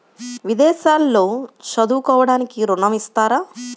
విదేశాల్లో చదువుకోవడానికి ఋణం ఇస్తారా?